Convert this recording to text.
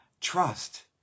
trust